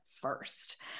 first